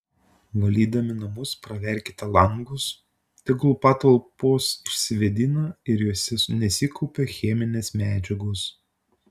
valydami namus praverkite langus tegul patalpos išsivėdina ir jose nesikaupia cheminės medžiagos